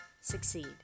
Succeed